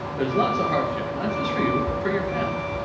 there's lots of hardship. not just for you but for your family.